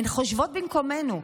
הן חושבות במקומנו.